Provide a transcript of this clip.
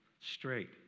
straight